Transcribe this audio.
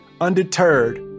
Undeterred